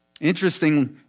Interestingly